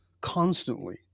constantly